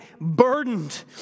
burdened